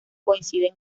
coincide